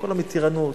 כל המתירנות.